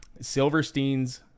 Silverstein's